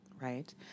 right